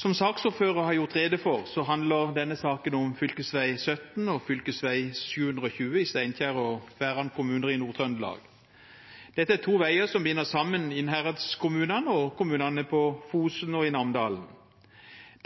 Som saksordføreren har gjort rede for, handler denne saken om fv. 17 og fv. 720 i Steinkjer og Verran kommuner i Nord-Trøndelag. Dette er to veier som binder sammen Innherredskommunene og kommunene på Fosen og i Namdalen.